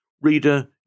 Reader